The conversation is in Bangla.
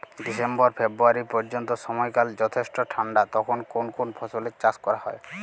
ডিসেম্বর ফেব্রুয়ারি পর্যন্ত সময়কাল যথেষ্ট ঠান্ডা তখন কোন কোন ফসলের চাষ করা হয়?